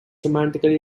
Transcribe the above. romantically